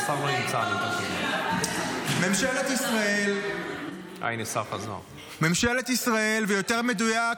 נכון, אתה צודק, כל מילה שנייה.